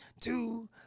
two